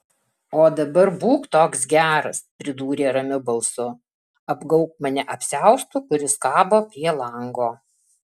o dabar būk toks geras pridūrė ramiu balsu apgaubk mane apsiaustu kuris kabo prie lango